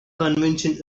convention